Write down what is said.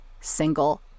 single